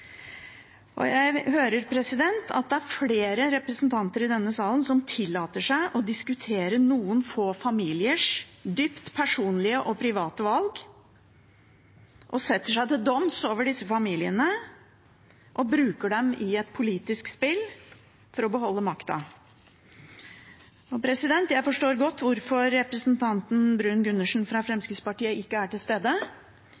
sjølbestemmelse. Jeg hører at det er flere representanter i denne salen som tillater seg å diskutere noen få familiers dypt personlige og private valg, og som setter seg til doms over disse familiene og bruker dem i et politisk spill for å beholde makta. Jeg forstår godt hvorfor representanten Bruun-Gundersen fra